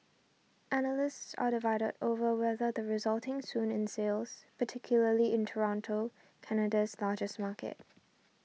analysts are divided over whether the resulting swoon in sales particularly in Toronto Canada's largest market